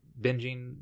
binging